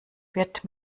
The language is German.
wird